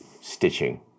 stitching